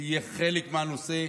תהיה חלק מהנושא.